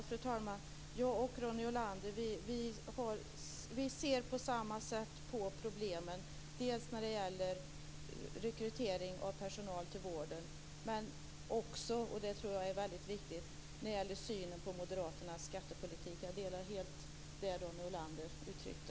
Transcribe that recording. Fru talman! Jag och Ronny Olander ser på samma sätt på problemen när det gäller rekrytering av personal till vården, men också - det tror jag är väldigt viktigt - på moderaternas skattepolitik. Jag delar helt den uppfattning Ronny Olander uttryckte.